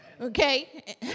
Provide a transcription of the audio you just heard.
Okay